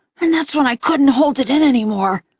and that's when i couldn't hold it in anymore.